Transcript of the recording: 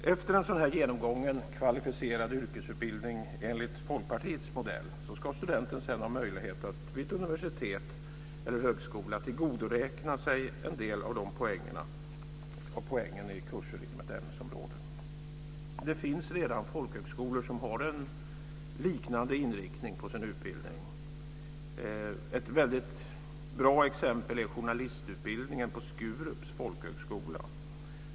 Efter genomgången kvalificerad yrkesutbildning enligt Folkpartiets modell ska studenten sedan ha möjlighet att vid ett universitet eller en högskola tillgodoräkna sig en del av poängen i kurser inom ett ämnesområde. Det finns redan folkhögskolor som har en liknande inriktning på sin utbildning. Ett väldigt bra exempel är journalistutbildningen på Skurups folkhögskola.